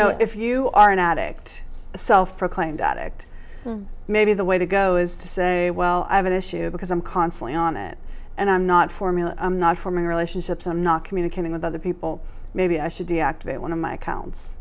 know if you are an addict a self proclaimed addict maybe the way to go is to say well i have an issue because i'm constantly on it and i'm not formula i'm not forming relationships i'm not communicating with other people maybe i should deactivate one of my accounts